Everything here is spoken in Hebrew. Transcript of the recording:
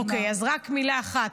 אוקיי, אז רק מילה אחת.